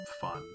fun